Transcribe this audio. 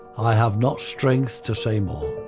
i have not strength to say more.